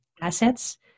assets